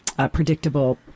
predictable